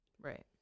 Right